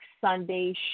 Sunday